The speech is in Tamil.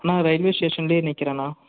அண்ணா ரயில்வே ஸ்டேஷன்லே நிற்கிறேண்ணா